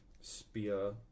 spear